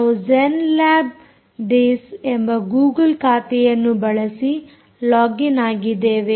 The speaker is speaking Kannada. ನಾವು ಜೆನ್ ಲ್ಯಾಬ್ ದೇಸ್ ಎಂಬ ಗೂಗುಲ್ ಖಾತೆಯನ್ನು ಬಳಸಿ ಲೊಗ್ ಇನ್ ಆಗಿದ್ದೇವೆ